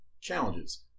challenges